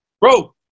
Bro